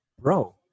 Bro